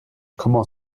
comment